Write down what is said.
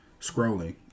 scrolling